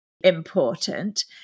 important